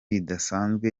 ridasanzwe